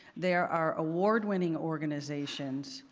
there are award-winning organizations.